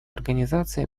организации